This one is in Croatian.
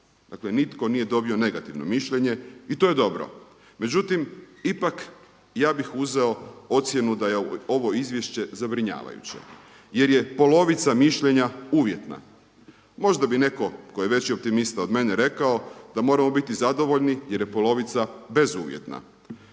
Dakle nitko nije dobio negativno mišljenje i to je dobro. Međutim, ipak ja bih uzeo ocjenu da je ovo izvješće zabrinjavajuće jer je polovica mišljenja uvjetna. Možda bi netko ko je veći optimista od mene rekao da moramo biti zadovoljni jer je polovica bezuvjetna.